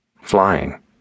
Flying